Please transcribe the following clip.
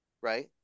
Right